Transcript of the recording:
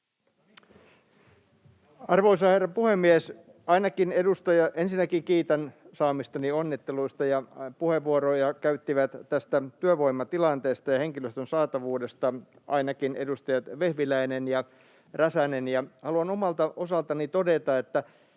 Arvoisa herra puhemies! Ensinnäkin kiitän saamistani onnitteluista. Puheenvuoroja käyttivät työvoimatilanteesta ja henkilöstön saatavuudesta ainakin edustajat Vehviläinen ja Räsänen. Haluan omalta osaltani todeta, että